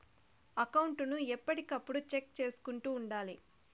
account ను ఎప్పటికప్పుడు check చేసుకుంటూ ఉండాలి